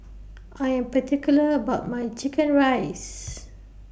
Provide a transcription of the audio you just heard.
I Am particular about My Chicken Rice